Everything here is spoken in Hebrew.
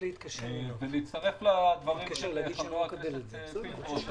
ולהצטרף לדברים של חבר הכנסת פינדרוס,